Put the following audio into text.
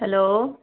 hello